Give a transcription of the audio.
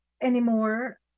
anymore